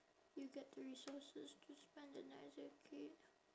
you get the resources to spend the night as a kid